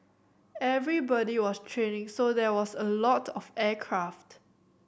everybody was training so there was a lot of aircraft